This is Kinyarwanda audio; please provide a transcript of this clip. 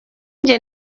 njye